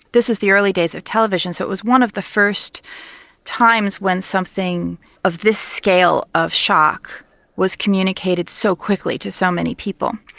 this is the early days of television so it was one of the first times when something of this scale of shock was communicated so quickly to so many people.